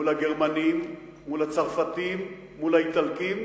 מול הגרמנים, מול הצרפתים, מול האיטלקים,